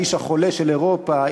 האיש החולה של אירופה,